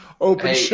open